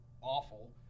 awful